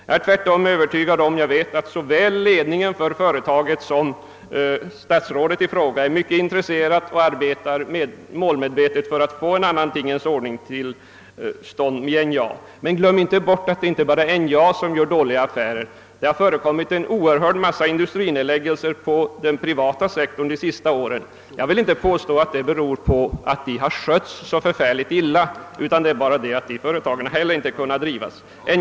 Jag vet att såväl ledningen för företaget som statsrådet i fråga är mycket intresserade och att de arbetar målmedvetet för att få en annan tingens ordning till stånd beträffande NJA. Men glöm inte bort att det inte bara är NJA som gör dåliga affärer. På den privata sektorn har det förekommit en oerhörd massa industrinedläggelser under de senaste åren. Jag vill inte påstå att dessa nedläggelser beror på att företagen skötts illa, utan de beror bara på att inte heller dessa företag har kunnat drivas.